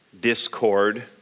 discord